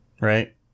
right